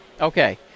Okay